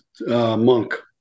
monk